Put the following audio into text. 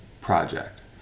project